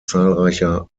zahlreicher